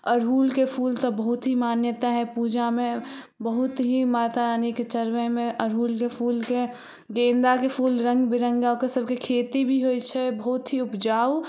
अड़हुलके फूल तऽ बहुत ही मान्यता है पूजामे बहुत ही माता रानीके चढ़बैमे अड़हुलके फूलके गेन्दाके फूल रङ्ग बिरङ्गके सबके खेती भी होइ छै बहुत ही ऊपजाउ